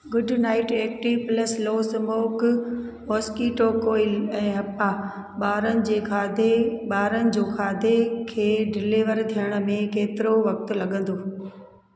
good night active plus low smoke mosquito coil ऐं हप्पा ॿारनि जे खाधे बा॒रनि जो खाधे खे डिलेवर थियण में केतिरो वक़्तु लॻंदो